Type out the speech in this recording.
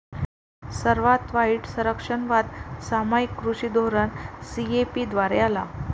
सर्वात वाईट संरक्षणवाद सामायिक कृषी धोरण सी.ए.पी द्वारे आला